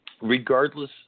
Regardless